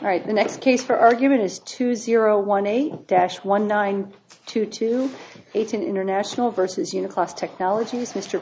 right the next case for argument is two zero one eight dash one nine two two it's an international versus you know class technology is